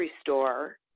store